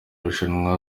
irushanwa